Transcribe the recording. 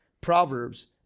proverbs